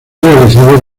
realizados